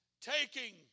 taking